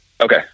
Okay